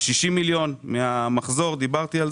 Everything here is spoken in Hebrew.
על ה-60 מיליון מהמחזור כבר דיברתי.